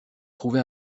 trouvé